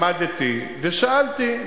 למדתי ושאלתי.